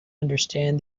understand